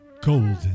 Golden